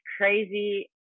crazy